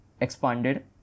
expanded